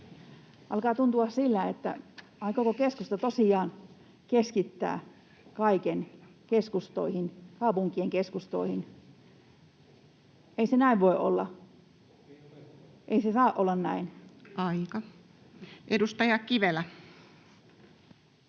Alkaa tuntua siltä, aikooko keskusta tosiaan keskittää kaiken keskustoihin, kaupunkien keskustoihin. Ei se näin voi olla, ei se saa olla näin. [Ari Torniainen: